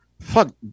Fuck